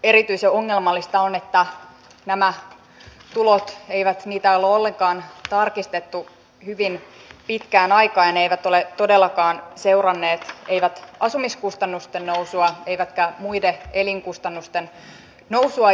erityisen ongelmallista on että näitä tuloja ei ole ollenkaan tarkistettu hyvin pitkään aikaan ja ne eivät ole todellakaan seuranneet asumiskustannusten nousua eivätkä muiden elinkustannusten nousua